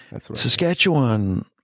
Saskatchewan